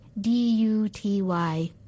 D-U-T-Y